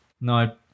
No